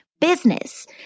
business